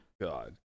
God